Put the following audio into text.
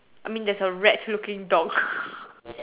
I mean there's a rat looking dog